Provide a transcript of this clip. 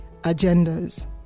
agendas